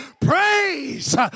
praise